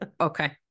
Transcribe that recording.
okay